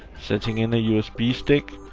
setting in a usb stick,